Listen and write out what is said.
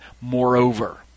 moreover